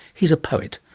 he's a poet.